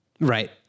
right